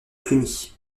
cluny